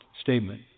statement